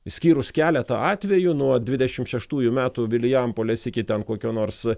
išskyrus keletą atvejų nuo dvidešimt šeštųjų metų vilijampolės iki ten kokio nors